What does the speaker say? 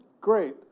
great